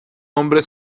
hombre